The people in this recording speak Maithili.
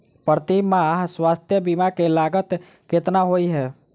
प्रति माह स्वास्थ्य बीमा केँ लागत केतना होइ है?